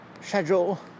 schedule